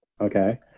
Okay